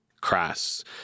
crass